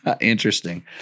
interesting